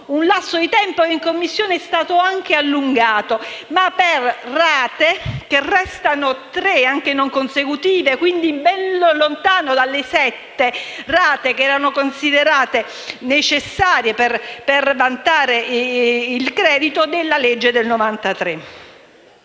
Un lasso di tempo che in Commissione è stato anche allungato, ma le rate restano tre, anche non consecutive, e quindi ben lontane dalle sette rate che erano considerate necessarie per vantare il credito previsto dalla